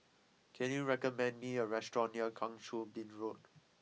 can you recommend me a restaurant near Kang Choo Bin Road